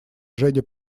женя